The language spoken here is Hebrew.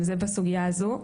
זה בסוגייה הזו,